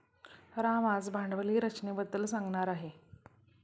राम आज भांडवली रचनेबद्दल सांगणार आहे